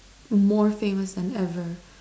more famous than ever